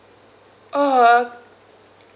uh